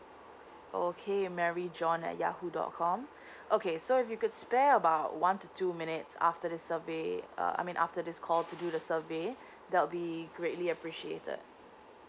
okay mary john at yahoo dot com okay so if you could spare about one to two minutes after this survey uh I mean after this call to do the survey there will be greatly appreciated